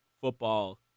football